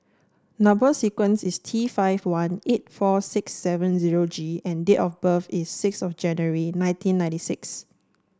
number sequence is T five one eight four six seven zero G and date of birth is six of January nineteen ninety six